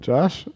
Josh